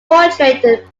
portrayed